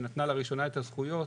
שנתנה לראשונה את הזכויות,